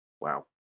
wow